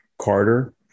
Carter